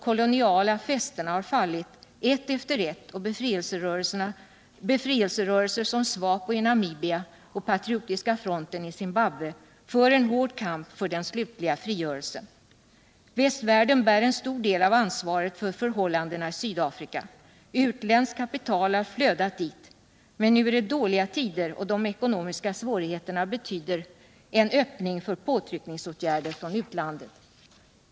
Koloniala fästen har fallit ett efter ett, och befrielserörelser som SWAPO i Namibia och Patriotiska fronten i Zimbabwe för en hård kamp för den slutliga frigörelsen. Västvärlden bär en stor del av ansvaret för förhållandena i Sydafrika. Utländskt kapital har flödat dit. Men nu är det dåliga tider, och de ekonomiska svårigheterna betyder en öppning för påtryckningsåtgärder från utlandet.